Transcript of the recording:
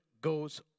goes